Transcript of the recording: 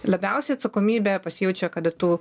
labiausiai atsakomybė pasijaučia kada tu